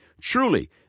Truly